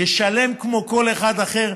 ישלם כמו כל אחד אחר.